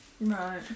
Right